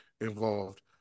involved